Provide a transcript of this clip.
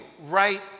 right